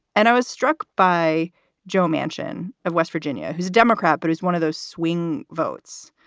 and i was struck by joe manchin of west virginia, who's a democrat, but he's one of those swing votes.